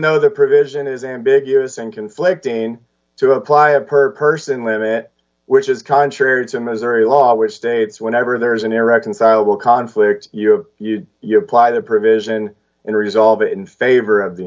though the provision is ambiguous and conflicting to apply a per person limit which is contrary to missouri law which states whenever there is an irreconcilable conflict you you you apply the provision in resolve in favor of the